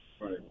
Right